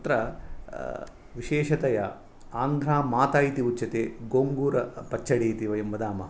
तत्र विशेषतया आन्ध्रामाता इत्युच्यते गोङ्गुर् पच्चडि इति वयं वदामः